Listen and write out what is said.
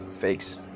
fakes